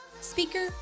speaker